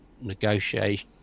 negotiate